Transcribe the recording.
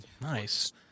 nice